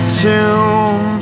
tomb